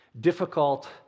Difficult